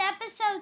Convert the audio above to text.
episode